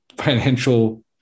financial